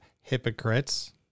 hypocrites